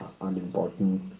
unimportant